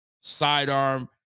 Sidearm